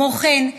כמו כן,